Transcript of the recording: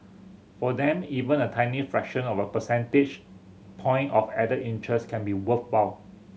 for them even a tiny fraction of a percentage point of added interest can be worthwhile